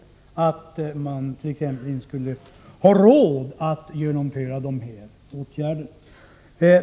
Man skulle t.ex. inte ha råd att genomföra de här åtgärderna i alla länder.